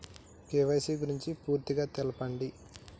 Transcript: KYC గురించి పూర్తిగా తెలపండి?